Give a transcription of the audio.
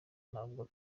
ntabwo